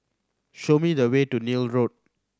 show me the way to Neil Road